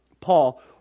Paul